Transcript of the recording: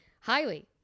highly